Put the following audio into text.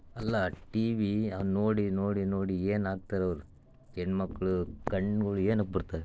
ಅಲ್ಲ T V ನೋಡಿ ನೋಡಿ ನೋಡಿ ಏನು ಆಗ್ತಾರೆ ಅವರು ಹೆಣ್ಣು ಮಕ್ಕಳು ಕಣ್ಗಳು ಏನಕ್ಕೆ ಬರ್ತವೆ